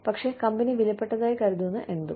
പക്ഷേ കമ്പനി വിലപ്പെട്ടതായി കരുതുന്ന എന്തും